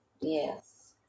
Yes